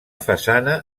façana